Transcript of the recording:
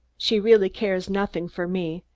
she really cares nothing for me,